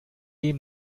ihm